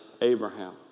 Abraham